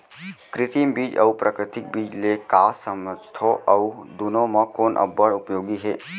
कृत्रिम बीज अऊ प्राकृतिक बीज ले का समझथो अऊ दुनो म कोन अब्बड़ उपयोगी हे?